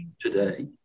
today